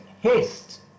haste